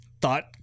thought